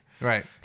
Right